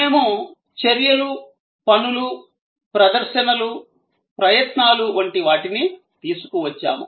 మేము చర్యలు పనులు ప్రదర్శనలు ప్రయత్నాలు వంటి వాటిని తీసుకువచ్చాము